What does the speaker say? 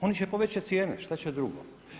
Oni će povećati cijene šta će drugo.